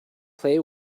play